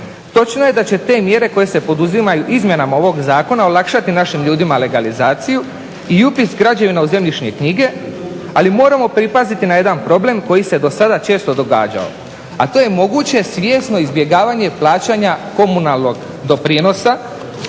Točno je da će te mjere koje se poduzimaju izmjenama ovog zakona olakšati našim ljudima legalizaciju i upis građevina u zemljišne knjige. Ali moramo pripaziti na jedan problem koji se do sada često događao, a to je moguće svjesno izbjegavanje plaćanje komunalnog doprinosa